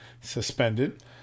suspended